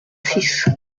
six